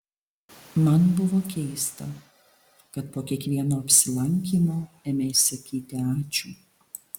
man buvo keista kad po kiekvieno apsilankymo ėmei sakyti ačiū